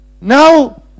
Now